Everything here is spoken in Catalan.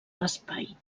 l’espai